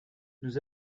nous